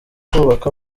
kubaka